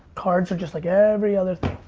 cards are just like every other